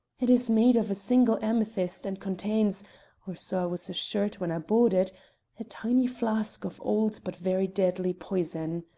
it is made of a single amethyst and contains or so i was assured when i bought it a tiny flask of old but very deadly poison.